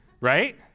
right